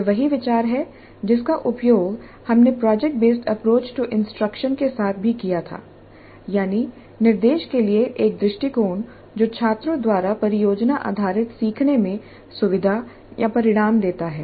यह वही विचार है जिसका उपयोग हमने project based approach to instruction के साथ भी किया था यानी निर्देश के लिए एक दृष्टिकोण जो छात्रों द्वारा परियोजना आधारित सीखने में सुविधा या परिणाम देता है